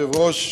היושב-ראש,